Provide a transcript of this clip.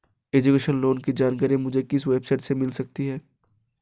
Education loan की जानकारी मुझे किस वेबसाइट से मिल सकती है?